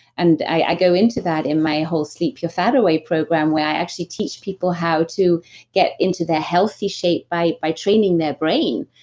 and i go into that in my whole sleep your fat away program where i actually teach people how to get into the health shape by by training their brain,